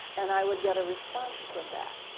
and i would get a response from that.